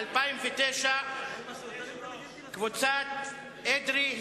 לשנת 2009. קבוצת אדרי,